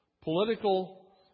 political